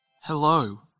Hello